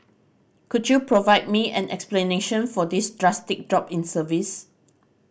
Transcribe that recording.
could you provide me an explanation for this drastic drop in service